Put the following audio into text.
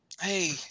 Hey